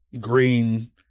green